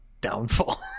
downfall